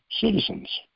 citizens